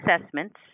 assessments